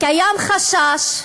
קיים חשש,